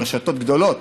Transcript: וברשתות גדולות,